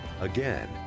Again